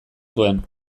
zuen